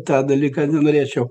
tą dalyką nenorėčiau